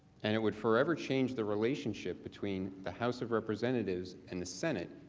and it would forever change the relationship between the house of representatives and the senate,